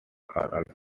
are